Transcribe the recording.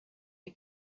you